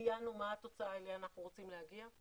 ציינו מה התוצאה אליה אנחנו רוצים להגיע.